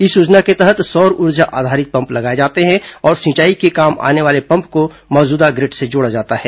इस योजना के तहत सौर ऊ र्जा आधारित पम्प लगाए जाते हैं और सिंचाई के काम आने वाले पम्प को मौजूदा ग्रिड से जोड़ा जाता है